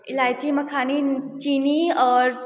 इलायची मखानी चीनी और